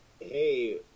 hey